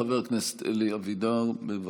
חבר הכנסת אלי אבידר, בבקשה.